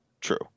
true